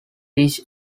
dish